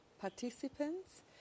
participants